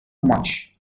much